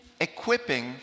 equipping